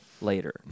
later